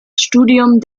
studium